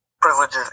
privileges